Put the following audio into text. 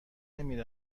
نمی